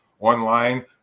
online